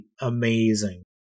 amazing